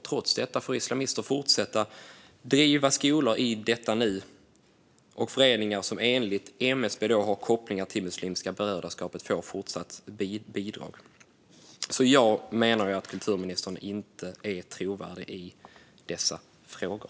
Trots det får islamister fortsätta driva skolor i detta nu, och föreningar som enligt MSB har kopplingar till Muslimska brödraskapet får fortsatt bidrag. Jag menar därför att kulturministern inte är trovärdig i dessa frågor.